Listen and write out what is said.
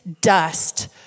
dust